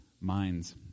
minds